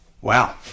Wow